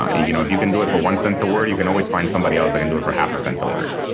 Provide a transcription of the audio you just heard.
ah you know, if you can do it for one cent a word, you can always find somebody else that can do it for half a cent a word.